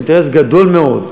אינטרס גדול מאוד,